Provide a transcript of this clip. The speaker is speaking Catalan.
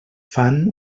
fan